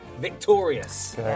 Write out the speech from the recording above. victorious